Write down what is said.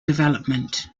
development